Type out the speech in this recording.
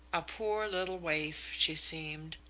a poor little waif, she seemed,